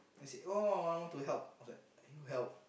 I said oh I want to help I was like you help